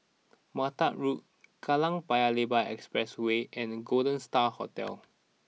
Mattar Road Kallang Paya Lebar Expressway and Golden Star Hotel